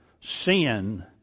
sin